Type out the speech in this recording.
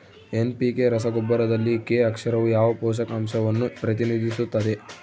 NPK ರಸಗೊಬ್ಬರದಲ್ಲಿ K ಅಕ್ಷರವು ಯಾವ ಪೋಷಕಾಂಶವನ್ನು ಪ್ರತಿನಿಧಿಸುತ್ತದೆ?